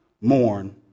mourn